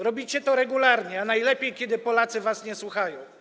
Robicie to regularnie, a najlepiej wtedy, kiedy Polacy was nie słuchają.